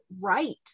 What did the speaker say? right